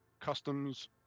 customs